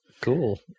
Cool